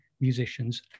musicians